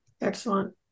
Excellent